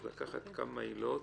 לקחת כמה עילות